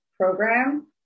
program